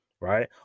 right